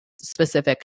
specific